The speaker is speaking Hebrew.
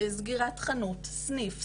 סגירת חנות או סניף,